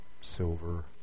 silver